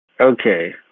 okay